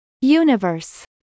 universe